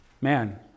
man